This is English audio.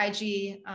ig